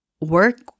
work